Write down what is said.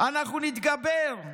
אנחנו נתגבר.